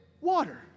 water